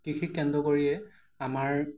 কৃষিক কেন্দ্ৰ কৰিয়েই আমাৰ